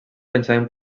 pensament